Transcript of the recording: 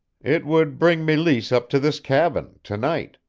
it would bring meleese up to this cabin to-night.